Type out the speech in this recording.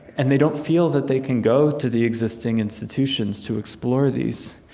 and they don't feel that they can go to the existing institutions to explore these.